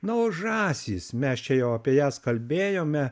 na o žąsys mes čia jau apie jas kalbėjome